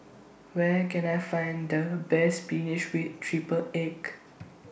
Where Can I Find The Best Spinach with Triple Egg